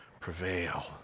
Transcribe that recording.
prevail